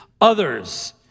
others